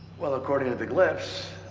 well, according to the glyphs,